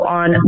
on